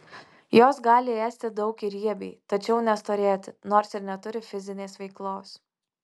jos gali ėsti daug ir riebiai tačiau nestorėti nors ir neturi fizinės veiklos